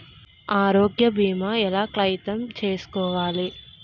ఆరోగ్య భీమా ఎలా క్లైమ్ చేసుకోవాలి?